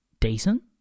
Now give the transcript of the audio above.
decent